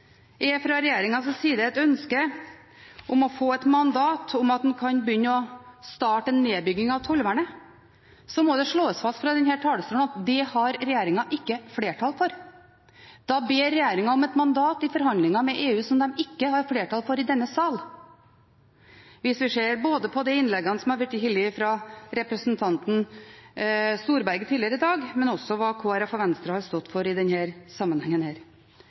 et mandat til å begynne en nedbygging av tollvernet, må det slås fast fra denne talerstolen at det har ikke regjeringen flertall for. Da ber regjeringen om et mandat i forhandlingene med EU som den ikke har flertall for i denne sal, hvis vi ser både på de innleggene som er blitt holdt av representanten Storberget tidligere i dag, og på hva Kristelig Folkeparti og Venstre har stått for i denne sammenhengen. Men det er ikke mindre enn oppsiktsvekkende den